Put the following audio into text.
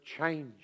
change